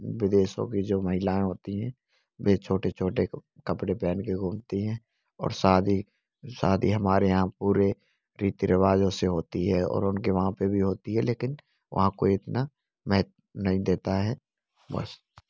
विदेश की जो महिलाएँ होती है वह छोटे छोटे कपड़े पहनकर घूमती है और शादी शादी हमारे यहाँ पूरे रीति रिवाजों से होती है और उनके वहाँ पर भी होती है लेकिन वहाँ कोई इतना महत्व नहीं देता है बस